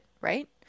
right